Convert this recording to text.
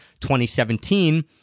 2017